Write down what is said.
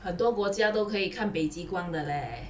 很多国家都可以看北极光的 leh